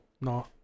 No